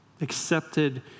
accepted